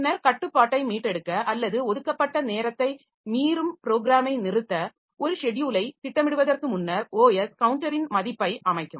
பின்னர் கட்டுப்பாட்டை மீட்டெடுக்க அல்லது ஒதுக்கப்பட்ட நேரத்தை மீறும் ப்ரோக்ராமை நிறுத்த ஒரு ஷெட்யூலை திட்டமிடுவதற்கு முன்னர் OS கவுண்டரின் மதிப்பை அமைக்கும்